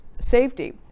safety